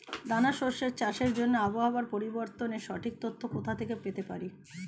দানা শস্য চাষের জন্য আবহাওয়া পরিবর্তনের সঠিক তথ্য কোথা থেকে পেতে পারি?